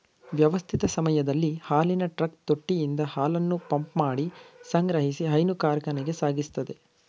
ವ್ಯವಸ್ಥಿತ ಸಮಯದಲ್ಲಿ ಹಾಲಿನ ಟ್ರಕ್ ತೊಟ್ಟಿಯಿಂದ ಹಾಲನ್ನು ಪಂಪ್ಮಾಡಿ ಸಂಗ್ರಹಿಸಿ ಹೈನು ಕಾರ್ಖಾನೆಗೆ ಸಾಗಿಸ್ತದೆ